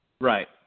Right